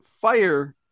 fire